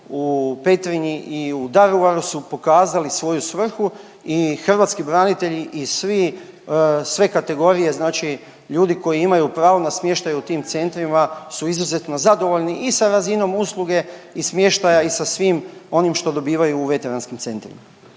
u Petrinji i u Daruvaru su pokazali svoju svrhu i hrvatski branitelji i svi, sve kategorije znači ljudi koji imaju pravo na smještaj u tim centrima su izuzetno zadovoljni i sa razinom usluge i smještaja i sa svim onim što dobivaju u veteranskim centrima.